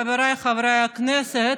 חבריי חברי הכנסת,